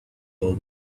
old